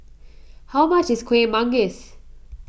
how much is Kueh Manggis